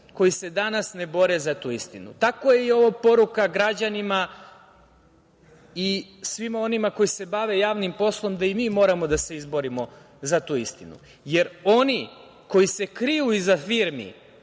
koji se danas ne bore za tu istinu. Tako je i ovo poruka građanima i svima onima koji se bave javnim poslom, da i mi moramo da se izborimo za tu istinu. Jer, oni koji se kriju iza firmi